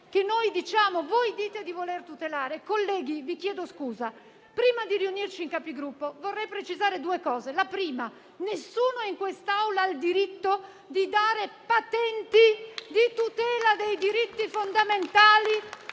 della norma, che voi dite di voler tutelare. Colleghi, prima di riunirci in Capigruppo, vorrei precisare due cose: in primo luogo, nessuno in quest'Aula ha il diritto di dare patenti di tutela dei diritti fondamentali